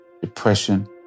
depression